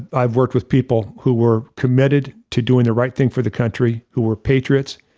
i've worked with people who were committed to doing the right thing for the country, who were patriots,